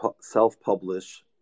self-publish